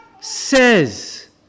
says